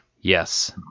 Yes